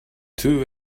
two